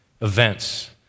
events